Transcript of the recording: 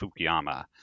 Fukuyama